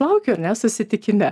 laukiu ar ne susitikime